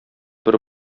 бер